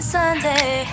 Sunday